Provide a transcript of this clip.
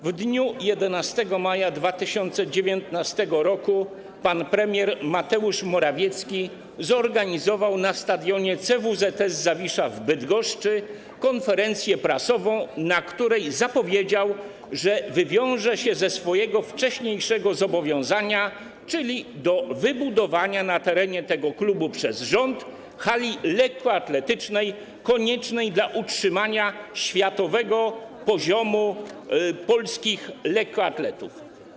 W dniu 11 maja 2019 r. pan premier Mateusz Morawiecki zorganizował na Stadionie CWZS Zawisza w Bydgoszczy konferencję prasową, na której zapowiedział, że wywiąże się ze swojego wcześniejszego zobowiązania do wybudowania na terenie tego klubu przez rząd hali lekkoatletycznej koniecznej do utrzymania światowego poziomu polskich lekkoatletów.